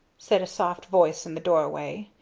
said a soft voice in the doorway,